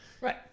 Right